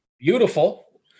beautiful